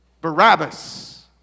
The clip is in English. Barabbas